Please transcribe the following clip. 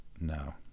No